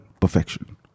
perfection